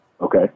Okay